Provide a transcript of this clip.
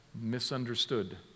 misunderstood